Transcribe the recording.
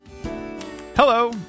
Hello